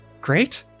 great